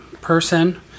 person